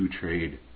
trade